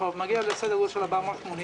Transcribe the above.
אנחנו מגיעים לסדר גודל של 480,